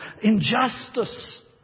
injustice